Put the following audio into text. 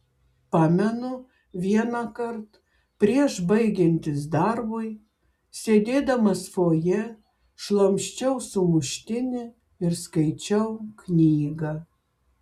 pamenu vienąkart prieš baigiantis darbui sėdėdamas fojė šlamščiau sumuštinį ir skaičiau knygą